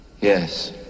Yes